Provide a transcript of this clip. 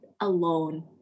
alone